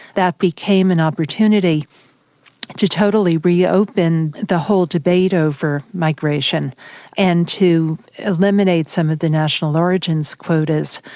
that became an opportunity to totally reopen the whole debate over migration and to eliminate some of the national origins quotas,